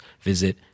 visit